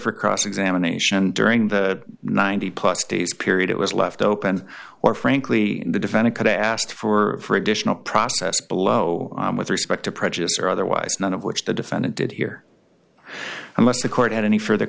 for cross examination during the ninety plus days period it was left open or frankly the defendant could ask for additional process below with respect to prejudice or otherwise none of which the defendant did hear unless the court had any further